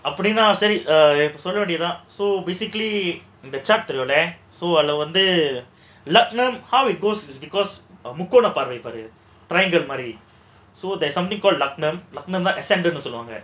அப்டினா சரி சொல்லிட வேண்டியதுதான்:apdinaa sari sollida vendiyathuthaan so basically இந்த:indha how it goes because முக்கோணப்பார்வை பாரு:mukkonapaarvai paaru so there's something called லக்கினம்:lakkinam